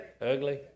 Ugly